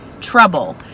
trouble